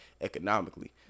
economically